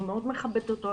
אני מאוד מכבדת אותו.